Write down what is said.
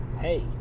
hey